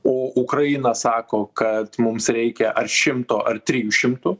o ukraina sako kad mums reikia ar šimto ar trijų šimtų